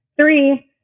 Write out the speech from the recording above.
Three